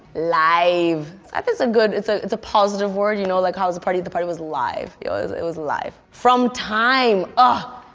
live. um it's a good, it's ah it's a positive word. you know, like, how's the party? the party was live, it was it was live. from time, ah